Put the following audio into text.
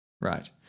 Right